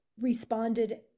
responded